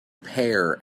pear